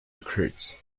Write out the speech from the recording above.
recruits